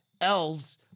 elves